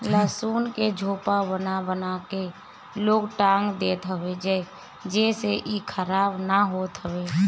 लहसुन के झोपा बना बना के लोग टांग देत हवे जेसे इ खराब ना होत हवे